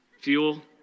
fuel